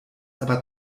aber